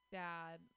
dad